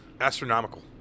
astronomical